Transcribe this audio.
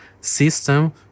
system